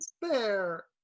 bear